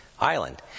island